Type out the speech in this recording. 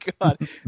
god